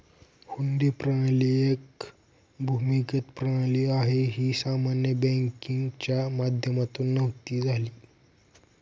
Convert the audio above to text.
हुंडी प्रणाली एक भूमिगत प्रणाली आहे, ही सामान्य बँकिंगच्या माध्यमातून नव्हती झाली